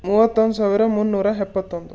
ಮೂವತ್ತೊಂದು ಸಾವಿರ ಮುನ್ನೂರ ಎಪ್ಪತ್ತೊಂದು